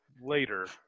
later